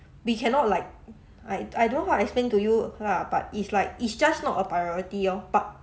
we cannot like I I don't how to explain to you lah but it's like it's just not a priority orh but